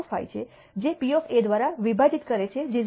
25 જે P દ્વારા વિભાજિત કરે છે જે 0